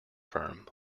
firm